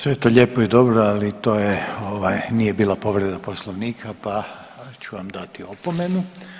Sve je to lijepo i dobro, ali to nije bila povreda poslovnika pa ću vam dati opomenu.